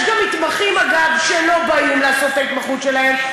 יש גם מתמחים שלא באים לעשות את ההתמחות שלהם,